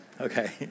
okay